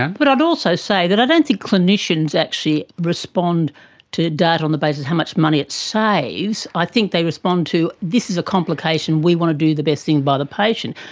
and but i'd also say that i don't think clinicians actually respond to data on the basis of how much money it saves, i think they respond to this is a complication, we want to do the best thing by the patient.